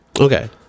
Okay